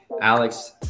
Alex